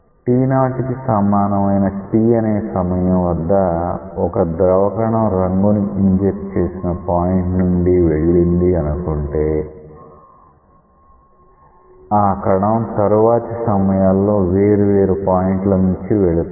t0 కి సమానమైన t అనే సమయం వద్ద ఒక ద్రవ కణం రంగు ని ఇంజెక్ట్ చేసిన పాయింట్ నుండి వెళ్ళింది అనుకుంటే ఆ కణం తరువాతి సమయాల్లో వేరు వేరు పాయింట్ల నుండి వెళుతుంది